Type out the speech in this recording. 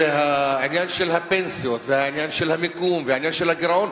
והעניין של הפנסיות והעניין של המיקום והעניין של הגירעון,